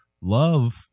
love